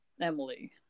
Emily